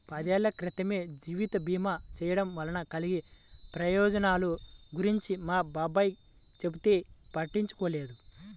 పదేళ్ళ క్రితమే జీవిత భీమా చేయడం వలన కలిగే ప్రయోజనాల గురించి మా బాబాయ్ చెబితే పట్టించుకోలేదు